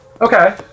Okay